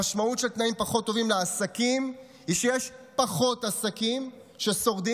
המשמעות של תנאים פחות טובים לעסקים היא שיש פחות עסקים ששורדים,